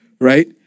right